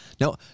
Now